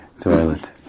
toilet